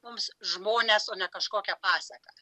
mums žmonės o ne kažkokia pasaka